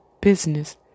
business